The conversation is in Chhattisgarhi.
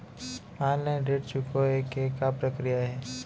ऑनलाइन ऋण चुकोय के का प्रक्रिया हे?